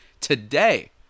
today